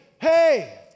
Hey